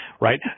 right